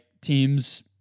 teams